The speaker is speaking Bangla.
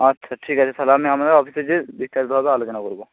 আচ্ছা ঠিক আছে তাহলে আমি আপনাদের অফিসে যেয়ে বিস্তারিতভাবে আলোচনা করব